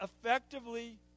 effectively